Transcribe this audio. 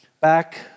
back